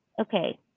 Okay